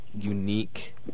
unique